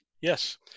Yes